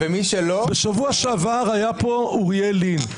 בשבוע שעבר היה פה אוריאל לין.